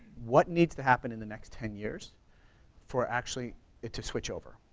what needs to happen in the next ten years for actually it to switch over?